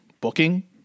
booking